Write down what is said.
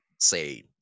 say